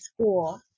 school